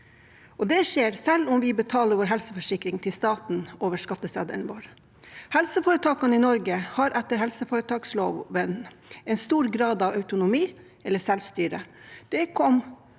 Det skjer selv om vi betaler vår helseforsikring til staten over skatteseddelen. Helseforetakene i Norge har etter helseforetaksloven en stor grad av autonomi, eller selvstyre.